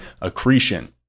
accretion